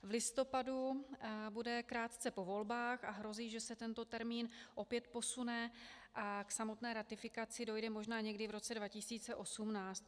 V listopadu bude krátce po volbách a hrozí, že se tento termín opět posune a k samotné ratifikaci dojde možná někdy v roce 2018.